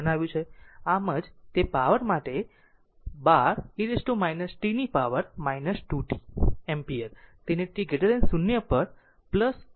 બનાવ્યું છે આમ જ તે પાવર માટે 12 e t power 2 t ampere તેને t 0 આપવામાં આવે છે